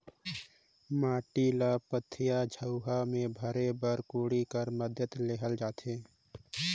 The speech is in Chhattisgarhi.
माटी ल पथिया, झउहा मे भरे बर कोड़ी कर मदेत लेहल जाथे